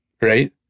Right